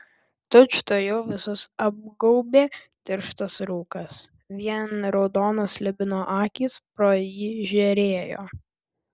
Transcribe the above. tučtuojau visus apgaubė tirštas rūkas vien raudonos slibino akys pro jį žėrėjo